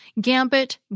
gambit